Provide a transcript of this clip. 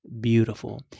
beautiful